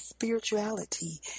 Spirituality